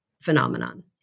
phenomenon